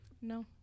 No